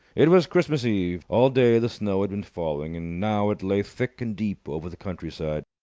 it was christmas eve. all day the snow had been falling, and now it lay thick and deep over the countryside.